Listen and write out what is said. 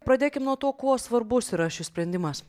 pradėkim nuo to kuo svarbus yra šis sprendimas